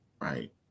right